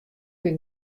bin